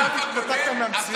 אתה קצת קצת התנתקת מהמציאות.